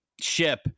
ship